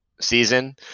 season